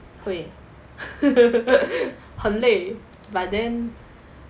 会很累 but then